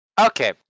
Okay